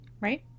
Right